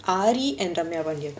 aari and ramya pandian